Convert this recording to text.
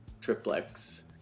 triplex